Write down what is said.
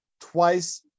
twice